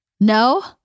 No